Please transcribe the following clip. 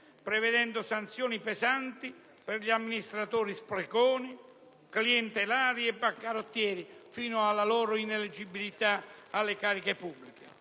prevedendo sanzioni pesanti per gli amministratori spreconi, clientelari e bancarottieri, fino alla loro ineleggibilità alle cariche pubbliche.